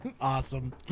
awesome